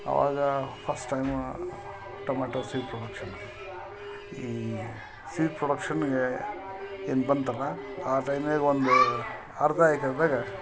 ಆವಾಗ first time tomato seed production ಈ seed ಪ್ರೊಡಕ್ಷನ್ಗೆ ಏನು ಬಂತಲ್ಲ ಆ ಟೈಮ್ನ್ಯಾಗೆ ಒಂದು ಅರ್ಧ್ ಎಕ್ರೆದಾಗೆ